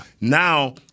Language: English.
Now